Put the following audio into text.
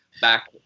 back